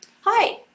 Hi